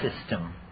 system